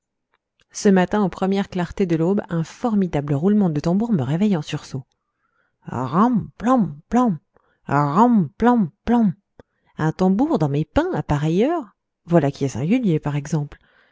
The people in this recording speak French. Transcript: ce matin aux premières clartés de l'aube un formidable roulement de tambour me réveille en sursaut ran plan plan ran plan plan un tambour dans mes pins à pareille heure voilà qui est singulier par exemple